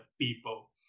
people